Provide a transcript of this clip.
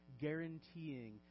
guaranteeing